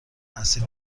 اسیر